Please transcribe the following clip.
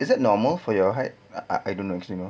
is it normal for your height I I don't actually know